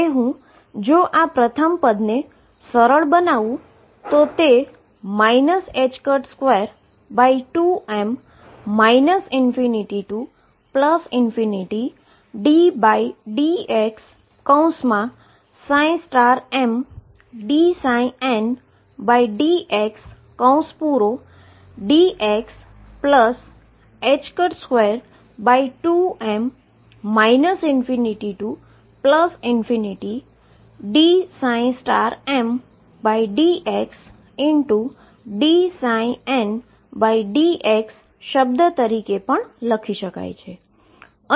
હવે જો હું આ શબ્દ પ્રથમ પદને સરળ બનાવું તો તે 22m ∞ddxψmdndxdx22m ∞dmdxdndxdx તરીકે લખી શકાય